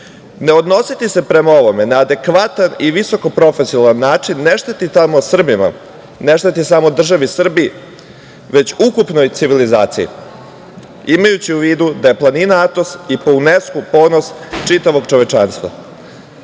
Ne odnositi prema ovome na adekvatan i visoko profesionalan način ne šteti samo Srbima, ne šteti samo državi Srbiji, već ukupnoj civilizaciji, imajući u vidu da je planina Atos ponos čitavog čovečanstva. Pored